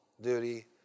duty